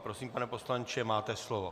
Prosím, pane poslanče, máte slovo.